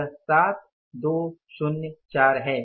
यह 7204 है